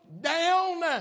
down